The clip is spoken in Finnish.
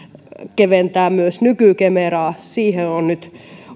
keventää myös nyky kemeraa on nyt